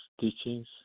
teachings